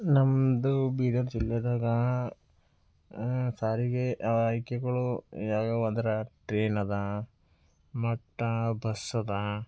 ನಮ್ಮದು ಬೀದರ್ ಜಿಲ್ಲೆಯಾಗ ಸಾರಿಗೆ ಆಯ್ಕೆಗಳು ಯಾವ್ಯಾವು ಅಂದ್ರೆ ಟ್ರೈನ್ ಅದಾ ಮತ್ತು ಬಸ್ ಅದಾ